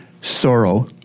Sorrow